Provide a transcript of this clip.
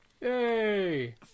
Yay